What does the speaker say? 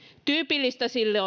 tyypillistä sille